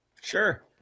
Sure